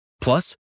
Plus